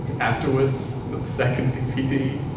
afterwards, the second dvd.